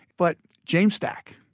but james stack,